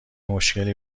مشکلی